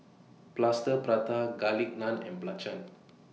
Plaster Prata Garlic Naan and Belacan